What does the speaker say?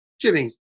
Jimmy